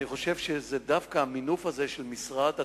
אני חושב שדווקא המינוף של משרד התיירות,